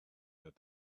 that